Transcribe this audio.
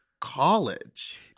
college